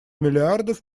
миллиардов